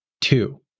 two